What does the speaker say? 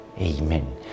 Amen